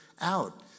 out